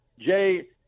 Jay –